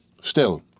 Still